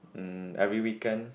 mm every weekend